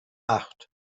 acht